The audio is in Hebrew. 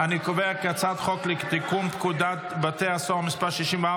חוק לתיקון פקודת בתי הסוהר (מס' 64,